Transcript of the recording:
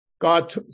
God